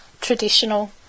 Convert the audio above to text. traditional